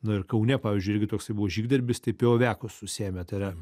na ir kaune pavyzdžiui irgi toksai buvo žygdarbis taip pijoviakus užsiėmę tai yra